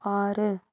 ஆறு